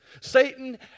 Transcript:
Satan